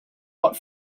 hot